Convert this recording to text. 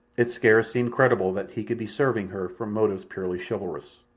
it scarce seemed credible that he could be serving her from motives purely chivalrous.